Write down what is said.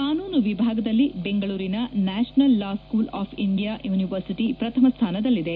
ಕಾನೂನು ವಿಭಾಗದಲ್ಲಿ ಬೆಂಗಳೂರಿನ national law school of India university ಪ್ರಥಮ ಸ್ಯಾನದಲ್ಲಿದೆ